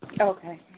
Okay